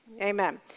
Amen